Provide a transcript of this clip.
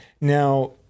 now